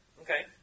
Okay